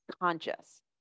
conscious